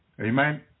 Amen